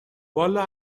والا